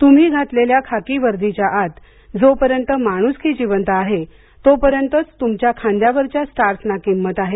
तुम्ही घातलेल्या खाकी वर्दीच्या आत जोपर्यंत माणुसकी जिवंत आहे तोपर्यंतच तुमच्या खांद्यावरच्या स्टारना किंमत आहे